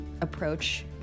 approach